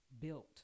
built